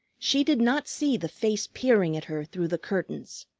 she did not see the face peering at her through the curtains,